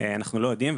אנחנו לא יודעים,